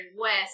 West